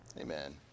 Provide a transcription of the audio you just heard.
Amen